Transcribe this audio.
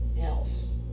else